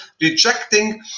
rejecting